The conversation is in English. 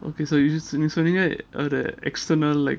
okay so you just சொன்னீங்க ஒரு:sonnenga oru all the external like